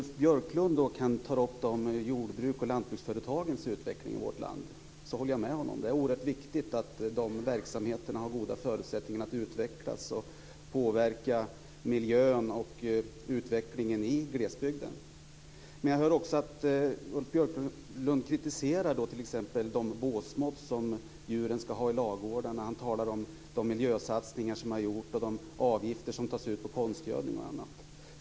Fru talman! Ulf Björklund tar upp lantbruksföretagens utveckling, och jag håller med honom: Det är oerhört viktigt att de verksamheterna har goda förutsättningar att utvecklas och påverka miljön och utvecklingen i glesbygden. Men jag hör också att Ulf Björklund kritiserar t.ex. de båsmått som djuren skall ha i ladugårdarna. Han talar om de miljösatsningar som har gjorts och de avgifter som tas ut på konstgödning och annat.